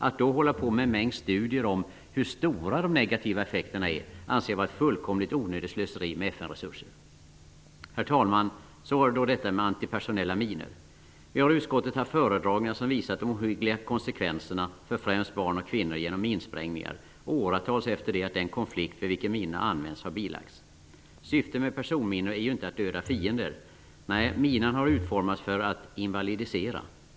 Att då hålla på med en mängd studier om hur stora de negativa effekterna är anser jag vara ett fullkomligt onödigt slöseri med Herr talman! Så var det detta med antipersonella minor. Vi har i utskottet haft föredragningar som visat de ohyggliga konsekvenserna för främst barn och kvinnor av minsprängningar åratals efter det att den konflikt vid vilken minorna använts har bilagts. Syftet med personminor är ju inte att döda fiender. Nej, minan har utformats för att invalidisera.